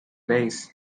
base